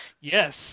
Yes